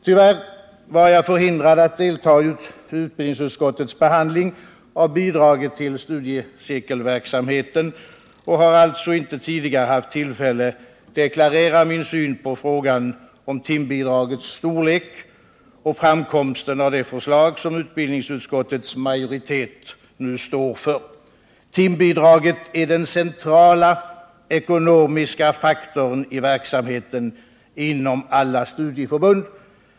Tyvärr var jag förhindrad att deltaga i utbildningsutskottets behandling av bidraget till studiecirkelverksamheten och har alltså icke tidigare haft tillfälle deklarera min syn på frågan om timbidragets storlek och framkomsten av det förslag som utbildningsutskottets majoritet nu står för. Timbidraget är den centrala ekonomiska faktorn i verksamheten inom alla studieförbund.